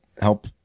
help